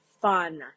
fun